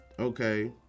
Okay